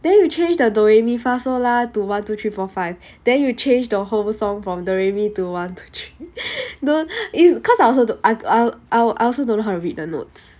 then you change the do re mi fa sol lar to one two three four five then you change the whole song from do re mi to one two three no is cause I also don't I I I I also don't know how to read the notes